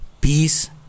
peace